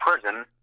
prison